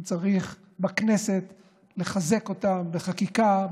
אם צריך בכנסת לחזק אותם בחקיקה,